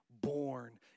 Born